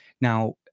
Now